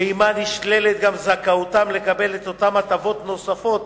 ועמה נשללת גם זכאותם לקבל את אותן הטבות נוספות